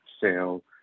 sale